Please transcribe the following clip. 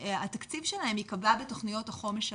התקציב שלהם ייקבע בתכניות החומש הבאות.